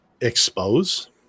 expose